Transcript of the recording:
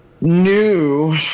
new